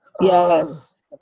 Yes